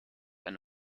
eine